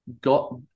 got